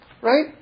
Right